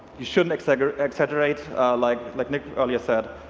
you shouldn't exaggerate exaggerate like like nick earlier said.